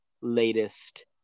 latest